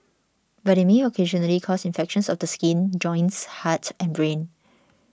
but they may occasionally cause infections of the skin joints heart and brain